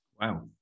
wow